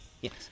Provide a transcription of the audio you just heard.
Yes